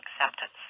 acceptance